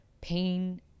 pain